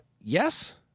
yes